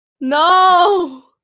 No